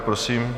Prosím.